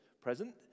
present